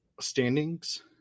standings